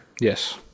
Yes